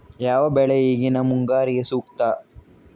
ಯಾವ ಬೆಳೆ ಈಗಿನ ಮುಂಗಾರಿಗೆ ಸೂಕ್ತ?